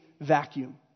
vacuum